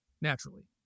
Naturally